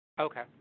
okay